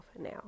now